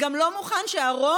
גם לא מוכן שהרוב